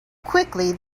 quickly